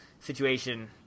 situation